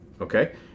okay